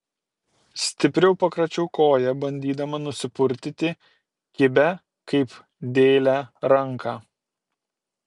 stipriau pakračiau koją bandydama nusipurtyti kibią kaip dėlė ranką